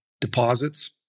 deposits